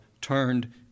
turned